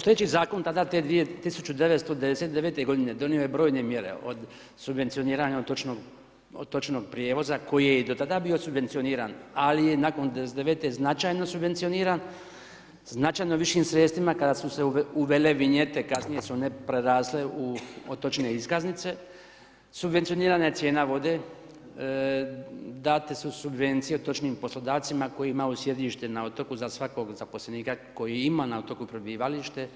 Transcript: Sljedeći zakon tada te dvije 1999. g. donio je brojne mjere, od subvencioniranja otočnog prijevoza, koji je i do tada bio subvencioniran, ali je nakon '99. značajno subvencioniran, značajno višim sredstvima kada su se uvele vinjete, kasnije su one prerasle u otočne iskaznice, subvencionirana je cijena vode, date su subvencije, točnije poslodavcima, koji imaju sjedište na otoku, za svakog zaposlenika koji ima na otoku prebivalište,